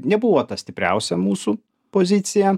nebuvo ta stipriausia mūsų pozicija